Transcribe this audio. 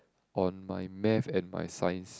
on my math and my science